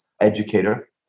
educator